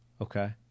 Okay